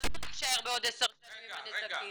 אנחנו נישאר בעוד עשר שנים עם הנזקים.